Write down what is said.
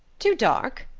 too dark?